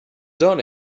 done